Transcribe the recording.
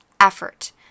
effort